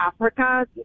Africa